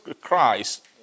Christ